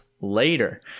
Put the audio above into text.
later